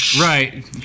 right